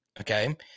Okay